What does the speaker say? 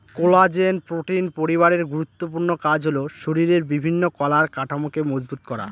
collagen protein পরিবারের গুরুত্বপূর্ণ কাজ হল শরীরের বিভিন্ন কলার কাঠামোকে মজবুত করা